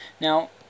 Now